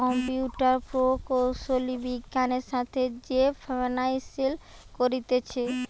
computer প্রকৌশলী বিজ্ঞানের সাথে যে ফাইন্যান্স করতিছে